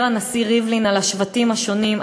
הנשיא ריבלין דיבר על השבטים השונים.